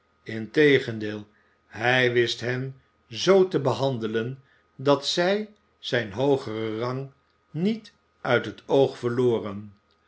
integendeel hij wist hen zoo te behandelen dat zij zijn hoogeren rang niet uit het oog verloren